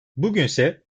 bugünse